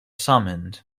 summoned